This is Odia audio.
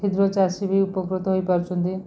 କ୍ଷୁଦ୍ରଚାଷୀ ବି ଉପକୃତ ହୋଇପାରୁଛନ୍ତି